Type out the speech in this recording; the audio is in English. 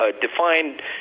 defined